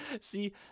see